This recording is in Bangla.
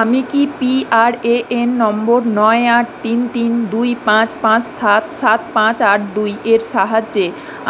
আমি কি পি আর এ এন নম্বর নয় আট তিন তিন দুই পাঁচ পাঁচ সাত সাত পাঁচ আট দুই এর সাহায্যে